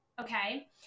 Okay